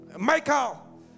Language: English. Michael